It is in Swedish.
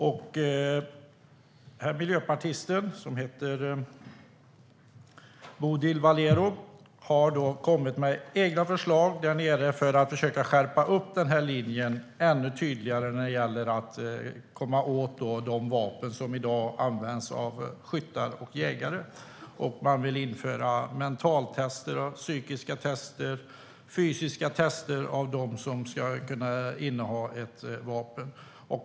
Denna miljöpartist, som heter Bodil Valero, har kommit med egna förslag där nere för att försöka skärpa linjen och göra den ännu tydligare när det gäller att komma åt de vapen som i dag används av skyttar och jägare. Man vill införa mentaltester och psykiska och fysiska tester av dem som ska kunna inneha ett vapen.